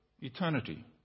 eternity